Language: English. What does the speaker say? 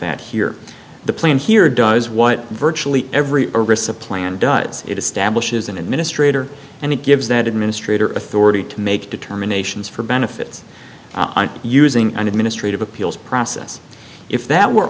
that here the plan here does what virtually every arista plan does it establishes an administrator and it gives that administrator authority to make determinations for benefits using an administrative appeals process if that were